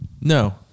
No